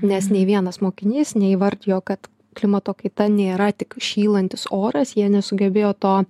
nes nei vienas mokinys neįvardijo kad klimato kaita nėra tik šylantis oras jie nesugebėjo to